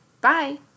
Bye